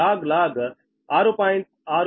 0242log 6